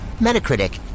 Metacritic